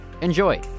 Enjoy